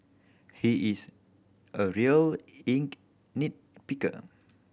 he is a real nit picker